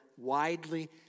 widely